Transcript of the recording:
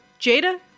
Jada